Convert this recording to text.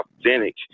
authentic